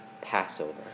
Passover